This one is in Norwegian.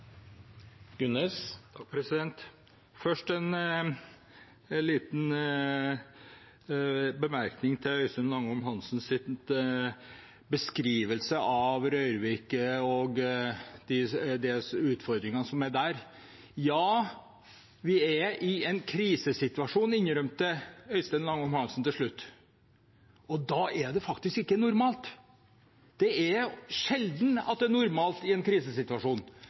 Først en liten bemerkning til Øystein Langholm Hansens beskrivelse av Rørvik og de utfordringene som er der. Ja, vi er i en krisesituasjon, innrømmet Langholm Hansen til slutt, og da er det faktisk ikke normalt. Det er sjelden at det er normalt i en krisesituasjon.